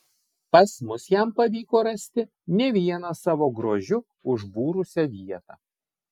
pas mus jam pavyko rasti ne vieną savo grožiu užbūrusią vietą